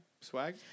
swag